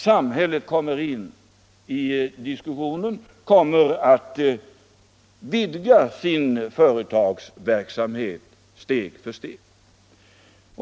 Samhället kommer in i diskussionen och får vidga sin företagsverksamhet steg för steg.